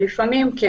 לפעמים כן.